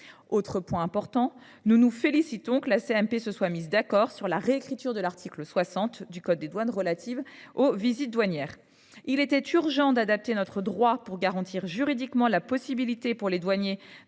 Autre point important, nous nous félicitons que la commission mixte paritaire se soit mise d’accord sur la réécriture de l’article 60 du code des douanes relatif aux visites douanières. Il était urgent d’adapter notre droit pour garantir juridiquement la possibilité pour les douaniers